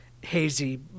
hazy